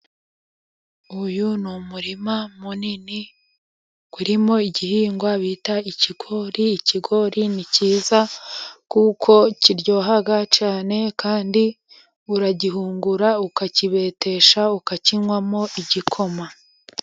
Uyu ni umurima munini urimo igihingwa bita ikigori. Ikigori ni cyiza kuko kiryoha cyane, kandi uragihungura, ukakibetesha ukakinywamo igikoma.